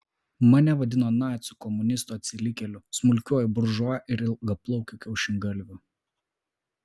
mane vadino naciu komunistu atsilikėliu smulkiuoju buržua ir ilgaplaukiu kiaušingalviu